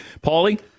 Pauly